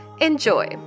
Enjoy